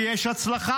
כי יש הצלחה,